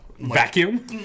vacuum